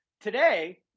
today